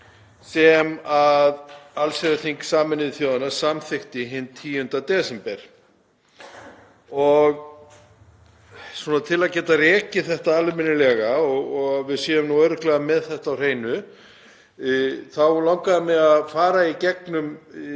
sem allsherjarþing Sameinuðu þjóðanna samþykkti hinn 10. desember. Til að geta rakið þetta almennilega og að við séum nú örugglega með þetta á hreinu þá langaði mig að fara fyrst í gegnum